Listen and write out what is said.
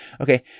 Okay